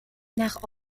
nach